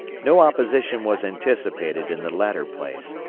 no opposition was anticipated in the latter place,